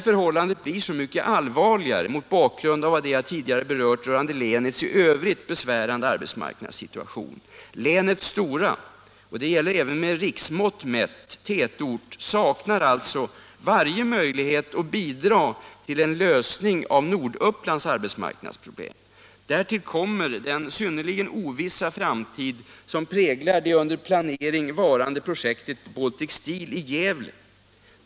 Förhållandet blir så mycket allvarligare mot bakgrund av det jag tidigare berört rörande länets i övrigt besvärande arbetsmarknadssituation. Länets stora — det gäller även med riksmått mätt — tätort saknar alltså varje möjlighet att bidra till en lösning av Nordupplands arbetsmarknadsproblem. Därtill kommer den synnerligen ovissa framtiden för det under planering varande projektet Baltic Steel i Gävle.